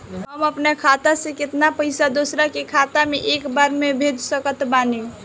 हम अपना खाता से केतना पैसा दोसरा के खाता मे एक बार मे भेज सकत बानी?